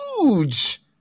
huge